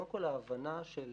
קודם כול, ההבנה של